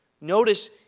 notice